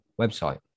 website